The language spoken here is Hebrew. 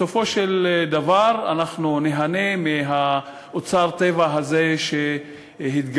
בסופו של דבר אנחנו ניהנה מאוצר טבע הזה שהתגלה,